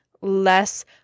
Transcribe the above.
less